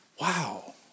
wow